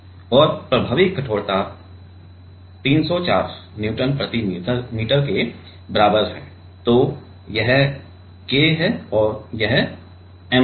और प्रभावी कठोरता 304 न्यूटन प्रति मीटर के बराबर है तो यह K है और यह M है